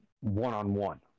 one-on-one